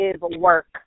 work